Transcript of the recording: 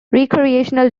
recreational